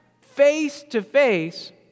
face-to-face